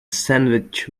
sandwich